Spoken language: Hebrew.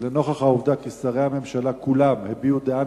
ולנוכח העובדה ששרי הממשלה כולם הביעו דעה